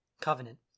Covenant